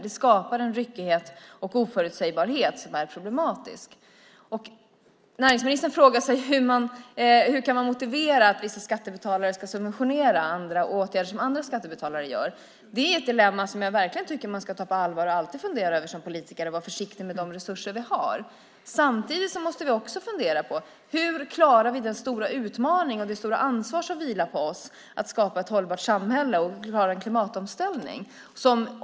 Det skapar en problematisk ryckighet och oförutsägbarhet. Näringsministern frågar sig hur man kan motivera att vissa skattebetalare ska subventionera åtgärder som andra skattebetalare vidtar. Det är ett dilemma som jag verkligen tycker att man ska ta på allvar och att politiker alltid ska fundera över. Vi ska vara försiktiga med de resurser vi har. Samtidigt måste vi också fundera på hur vi klarar den stora utmaningen och det stora ansvar som vilar på oss att skapa ett hållbart samhälle och klara klimatomställningen.